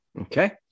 Okay